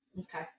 Okay